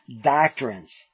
doctrines